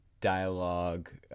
dialogue